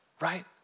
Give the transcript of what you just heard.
right